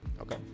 okay